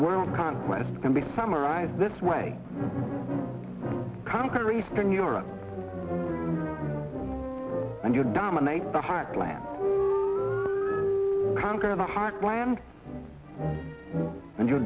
world conquest can be summarized this way conquer eastern europe and you dominate the heartland conquer the heartland and you